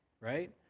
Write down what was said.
right